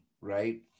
right